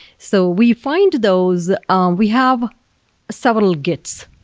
so we find those um we have several gits,